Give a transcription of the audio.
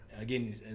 again